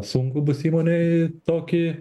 sunku bus įmonei tokį